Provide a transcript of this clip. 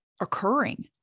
occurring